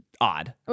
odd